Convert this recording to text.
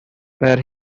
where